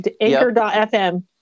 Anchor.fm